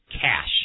cash